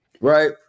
right